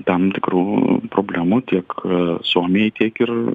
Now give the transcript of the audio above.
tam tikrų problemų tiek suomiai tiek ir